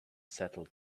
settle